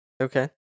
Okay